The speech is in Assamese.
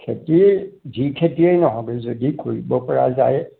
খেতি যি খেতিয়ে নহওক যদি কৰিব পৰা যায়